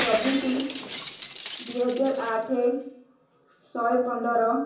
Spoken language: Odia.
ଚବିଶ ଦୁଇହଜାର ଆଠ ଶହେ ପନ୍ଦର